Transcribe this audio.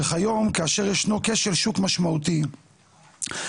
וכיום כאשר ישנו כשל שוק משמעותי הגורם